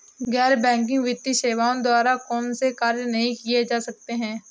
गैर बैंकिंग वित्तीय सेवाओं द्वारा कौनसे कार्य नहीं किए जा सकते हैं?